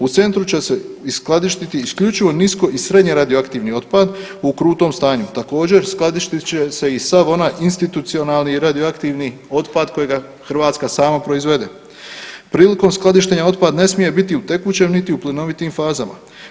U Centru se skladištiti isključivo nisko i srednje radioaktivni otpad u krutom stanju, također skladištit će se i sav onaj institucionalni radioaktivni otpad kojega Hrvatska sama proizvede. prilikom skladištenja otpad ne smije biti u tekućem niti u plinovitim fazama.